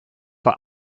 war